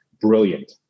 Brilliant